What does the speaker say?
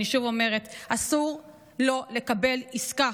אני שוב אומרת, אסור לא לקבל עסקה.